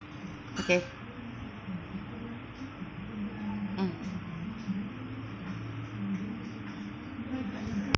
okay mm